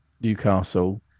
Newcastle